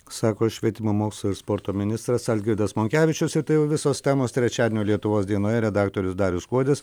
sako švietimo mokslo ir sporto ministras algirdas monkevičius ir tai jau visos temos trečiadienio lietuvos dienoje redaktorius darius kuodis